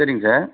சரிங்க சார்